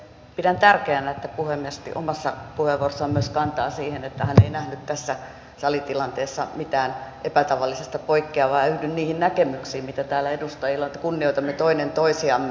pidän tärkeänä että puhemies otti omassa puheenvuorossaan myös kantaa siihen että hän ei nähnyt tässä salitilanteessa mitään epätavallisesta poikkeavaa ja yhdyn niihin näkemyksiin mitä täällä edustajilla on että kunnioitamme toinen toisiamme